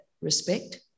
respect